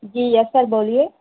جی yes sir بولیے